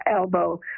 elbow